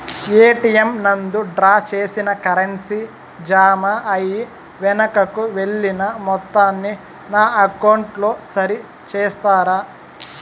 ATM నందు draw చేసిన currency జామ అయి వెనుకకు వెళ్లిన మొత్తాన్ని నా అకౌంట్ లో సరి చేస్తారా?